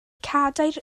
cadair